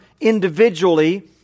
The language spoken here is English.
individually